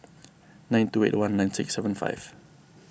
nine two eight one nine six seven five